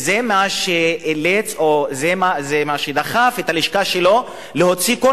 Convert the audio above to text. וזה מה שדחף את הלשכה שלו להוציא כל